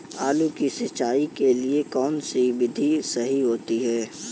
आलू की सिंचाई के लिए कौन सी विधि सही होती है?